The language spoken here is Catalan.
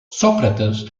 sòcrates